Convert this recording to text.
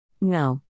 No